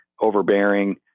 overbearing